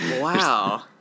Wow